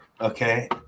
okay